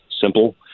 simple